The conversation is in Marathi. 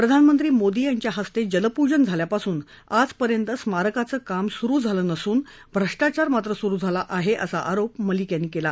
प्रधानमंत्री मोदी यांच्या हस्ते जलपूजन झाल्यापासून आजपर्यंत स्मारकाचं काम स्रु झालं नसून भ्रष्टाचार मात्र स्रु झाला आहे असा आरोप मलिक यांनी केला